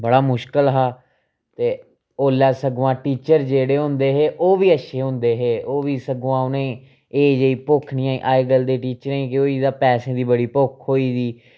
बड़ा मुश्कल हा ते ओल्लै सगुआं टीचर जेह्ड़े होंदे ओह् बी अच्छे होंदे हे ओह् बी सगुआं उ'नें गी एह् जेही भुक्ख नी ऐ ही अज्जकल दे टीचरें गी केह् होई गेदा पैसें गी बड़ी भुक्ख होई गेदी